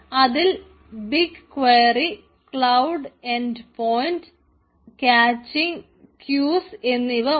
അതിൽ big query എന്നിവ ഉണ്ട്